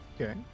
Okay